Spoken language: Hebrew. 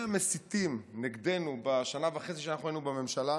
המסיתים נגדנו בשנה וחצי שאנחנו היינו בממשלה,